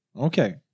Okay